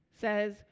says